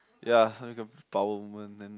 ya suddenly become power woman then